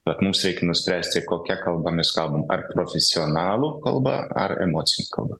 bet mums reikia nuspręsti kokia kalba mes kalbam ar profesionalų kalba ar emocine kalba